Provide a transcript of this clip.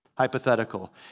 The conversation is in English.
hypothetical